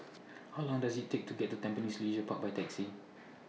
How Long Does IT Take to get to Tampines Leisure Park By Taxi